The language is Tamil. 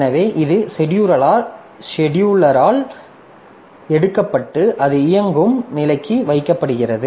எனவே இது செடியூலரால் எடுக்கப்பட்டு அது இயங்கும் நிலைக்கு வைக்கப்படுகிறது